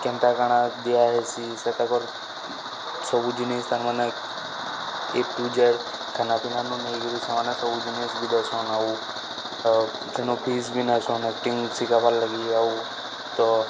କେନ୍ତା କାଣା ଦିଆ ହେଇସି ସେତାକର୍ ସବୁ ଜିନିଷ ତା'ର ମାନେ ଏ ଟୁ ଜେଡ଼୍ ଖାନା ପିନାନୁ ନେଇ କିରି ସେମାନେ ସବୁ ଜିନିଷ ବି ଦେସନ୍ ଆଉ ତନୁ ଫିସ୍ ବି ନେସନ୍ ଆକ୍ଟିଙ୍ଗ ଶିଖବାର୍ ଲାଗି ଆଉ ତ